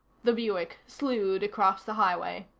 the buick slewed across the highway.